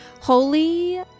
Holy